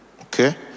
Okay